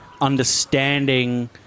understanding